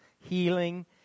Healing